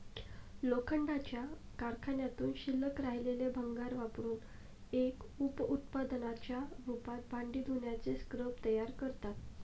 लोखंडाच्या कारखान्यातून शिल्लक राहिलेले भंगार वापरुन एक उप उत्पादनाच्या रूपात भांडी धुण्याचे स्क्रब तयार करतात